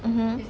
mmhmm